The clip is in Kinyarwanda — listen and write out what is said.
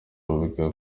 bavuga